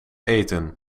eten